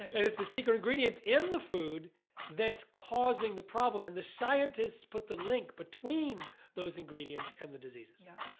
and it's the secret ingredients in the food that's causing the problem and the scientists put the link between those ingredients and the diseases. teriann yeah.